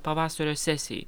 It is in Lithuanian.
pavasario sesijai